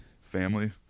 family